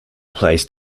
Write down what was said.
place